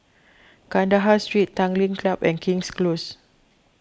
Kandahar Street Tanglin Club and King's Close